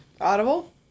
audible